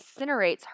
incinerates